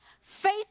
Faith